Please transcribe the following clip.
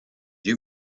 you